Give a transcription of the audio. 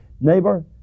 neighbor